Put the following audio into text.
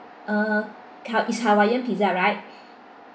uh cal~ it's hawaiian pizza right